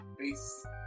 Peace